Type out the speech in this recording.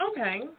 okay